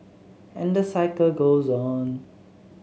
and the cycle goes on